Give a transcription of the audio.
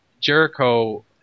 Jericho